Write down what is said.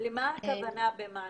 מה הכוונה במענקים?